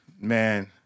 Man